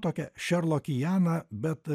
tokią šerlokijaną bet